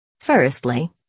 Firstly